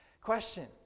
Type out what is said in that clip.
Question